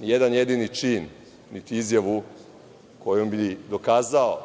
jedan jedini čin niti izjavu kojom bi dokazao